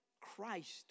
Christ